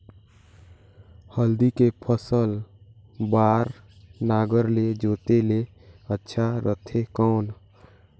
हल्दी के फसल बार नागर ले जोते ले अच्छा रथे कौन?